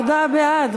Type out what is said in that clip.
היחדה בעד,